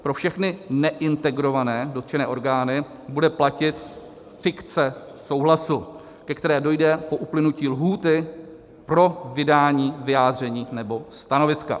Pro všechny neintegrované dotčené orgány bude platit fikce souhlasu, ke které dojde po uplynutí lhůty pro vydání vyjádření nebo stanoviska.